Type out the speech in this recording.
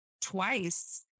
twice